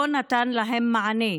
לא נתן להן מענה.